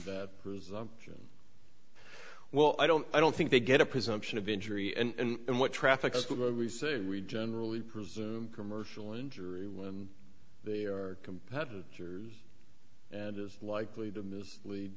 that presumption well i don't i don't think they get a presumption of injury and what traffic when we say we generally presume commercial injury when they are competitors and is likely to mis